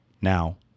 now